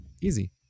Easy